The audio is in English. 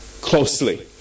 closely